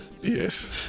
Yes